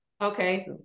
Okay